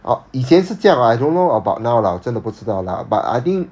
ah 以前是这样 lah I don't know about now lah 真的不知道 lah but I think